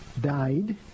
died